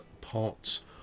parts